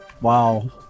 Wow